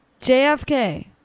JFK